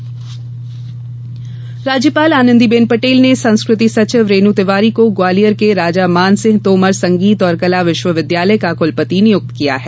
कुलपति नियुक्ति राज्यपाल आनंदीबेन पटेल ने संस्कृति सचिव रेनू तिवारी को ग्वालियर के राजा मानसिंह तोमर संगीत और कला विश्वविद्यालय का कुलपति नियुक्त किया है